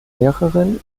lehrerin